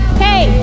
hey